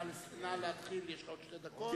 נא להתחיל, יש לך עוד שתי דקות.